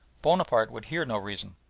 bonaparte would hear no reason.